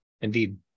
Indeed